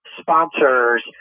sponsors